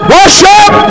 Worship